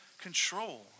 control